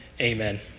Amen